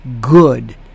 good